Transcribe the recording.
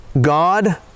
god